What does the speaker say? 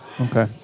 Okay